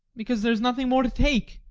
because there is nothing more to take.